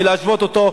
להשוות אותו,